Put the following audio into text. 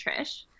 Trish